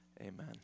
amen